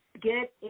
Get